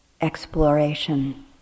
exploration